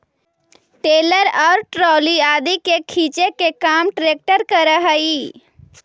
trailer और trolley आदि के खींचे के काम ट्रेक्टर करऽ हई